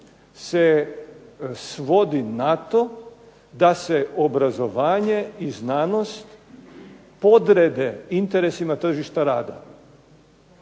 se svodi na to da se obrazovanje i znanost podrede interesima tržišta rada.